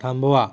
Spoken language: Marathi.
थांबवा